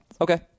Okay